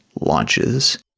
launches